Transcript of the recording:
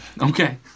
Okay